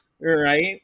Right